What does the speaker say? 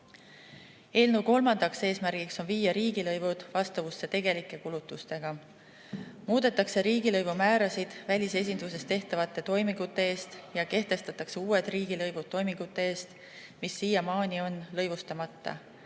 Eelnõu kolmas eesmärk on viia riigilõivud vastavusse tegelike kulutustega. Muudetakse riigilõivumäärasid välisesinduses tehtavate toimingute eest ja kehtestatakse uued riigilõivud toimingute eest, mis siiamaani on lõivustamata.